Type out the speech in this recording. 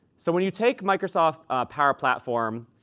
so when you take microsoft power platform,